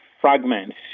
fragments